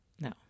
no